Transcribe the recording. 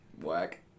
Whack